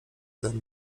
zęby